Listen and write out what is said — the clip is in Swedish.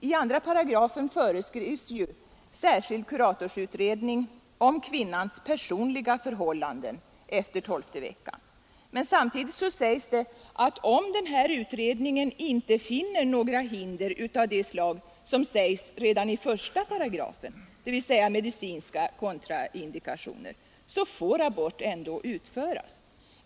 I 2 8 föreskrivs ju särskild kuratorsutredning om kvinnans personliga förhållanden efter tolfte veckan, men samtidigt sägs det att om man vid denna utredning inte finner några hinder av det slag som nämns redan i 1§ — dvs. medicinska kontraindikationer — så får abort ändå utföras.